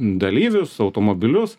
dalyvius automobilius